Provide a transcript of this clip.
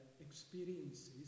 experiences